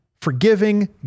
forgiving